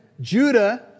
Judah